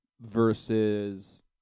Versus